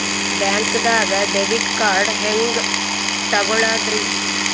ಬ್ಯಾಂಕ್ದಾಗ debit card ಹೆಂಗ್ ತಗೊಳದ್ರಿ?